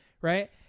Right